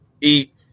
eat